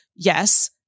Yes